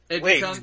Wait